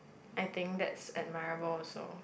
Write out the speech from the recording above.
I think that's admirable also